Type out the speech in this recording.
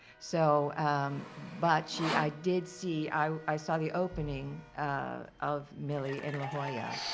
so but she i did see. i i saw the opening of millie in la jolla,